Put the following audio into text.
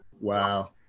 Wow